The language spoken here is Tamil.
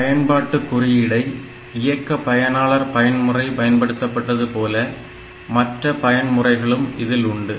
பயன்பாட்டு குறியீடை இயக்க பயனாளர் பயன்முறை பயன்படுத்தப்பட்டது போல மற்ற பயன் முறைகளும் இதில் உண்டு